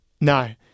No